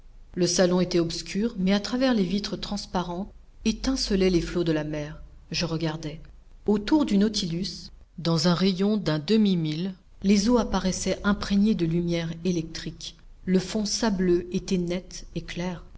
le salon était obscur mais à travers les vitres transparentes étincelaient les flots de la mer je regardai autour du nautilus dans un rayon d'une demi-mille les eaux apparaissaient imprégnées de lumière électrique le fond sableux était net et clair